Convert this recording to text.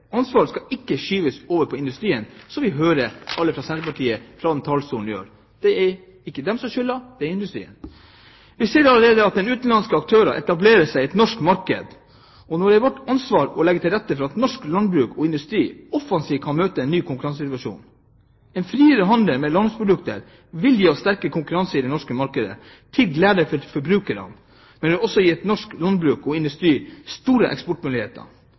Ansvaret skal ikke skyves over på industrien, som vi hører alle fra Senterpartiet fra denne talerstolen i dag si. Det er ikke de som har skylden; det er industrien. Vi ser allerede at utenlandske aktører etablerer seg i det norske markedet, og nå er det vårt ansvar å legge til rette for at norsk landbruk og industri offensivt kan møte en ny konkurransesituasjon. En friere handel med landbruksprodukter vil gi sterkere konkurranse i det norske markedet til glede for forbrukerne, men vil også gi norsk landbruk og industri store eksportmuligheter